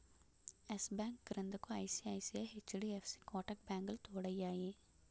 yes bank క్రిందకు ICICI, HDFC Kotak బ్యాంకులు తోడయ్యాయి